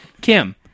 Kim